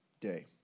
Day